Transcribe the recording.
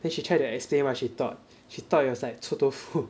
then she try to explain what she thought she thought it was like 臭豆腐